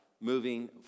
moving